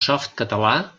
softcatalà